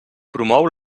promou